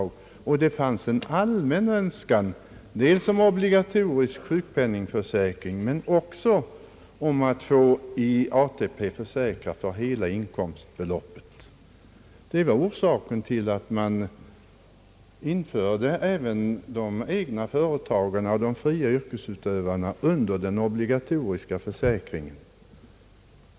Undersökningen utvisade att det fanns en allmän önskan dels om obligatorisk sjukpenningförsäkring, dels om en försäkring genom ATP för hela inkomstbeloppet. Detta var orsaken till att även de egna företagarna och de fria yrkesutövarna infördes under den obligatoriska försäkringen.